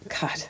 God